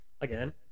again